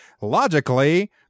Logically